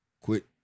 Quit